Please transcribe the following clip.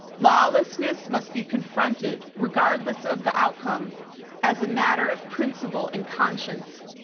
lawlessness must be confronted regardless of the outcome as a matter of principle and conscience,